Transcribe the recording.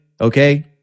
Okay